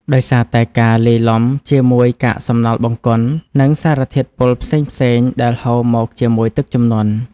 ដោយសារតែការលាយឡំជាមួយកាកសំណល់បង្គន់ និងសារធាតុពុលផ្សេងៗដែលហូរមកជាមួយទឹកជំនន់។